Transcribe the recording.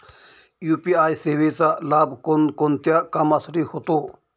UPI सेवेचा लाभ कोणकोणत्या कामासाठी होतो?